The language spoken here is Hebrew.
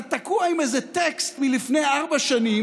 אתה תקוע עם איזה טקסט מלפני ארבע שנים